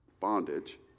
bondage